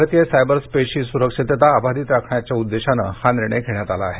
भारतीय सायबरस्पेसची सुरक्षितता अबाधित राखण्याच्या उद्देशाने हा निर्णय घेण्यात आला आहे